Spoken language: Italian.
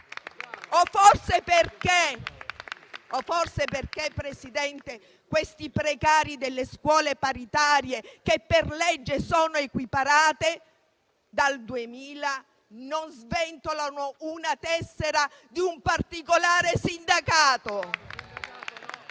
accade perché questi precari delle scuole paritarie, che per legge sono equiparate dal 2000, non sventolano una tessera di un particolare sindacato?